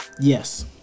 yes